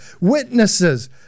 witnesses